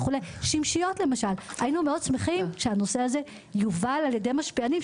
שמשיות וכדומה היינו מאוד שמחים שהנושא הזה יובל על ידי משפיענים.